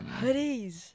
Hoodies